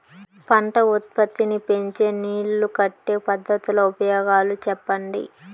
పంట ఉత్పత్తి నీ పెంచే నీళ్లు కట్టే పద్ధతుల ఉపయోగాలు చెప్పండి?